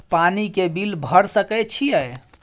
पानी के बिल भर सके छियै?